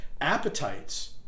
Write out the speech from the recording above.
appetites